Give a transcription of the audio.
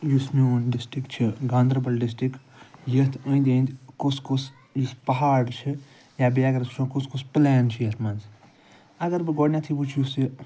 یُس میٛون ڈِسٹِرٛک چھُ گاندَربَل ڈِسٹِرٛک یَتھ أنٛدۍ أنٛدۍ کُس کُس یُس پہاڑ چھُ یا بیٚیہِ اَگر أسۍ وُچھُو کُس کُس پٕلین چھُ یَتھ منٛز اگر بہٕ گۄڈٕنیٚتھٕے وُچھہِ یُس یہِ